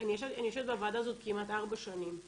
אני יושבת בוועדה הזאת כמעט ארבע שנים.